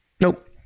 Nope